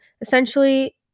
essentially